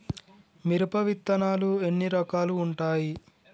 మిరప విత్తనాలు ఎన్ని రకాలు ఉంటాయి?